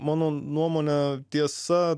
mano nuomone tiesa